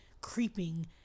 creeping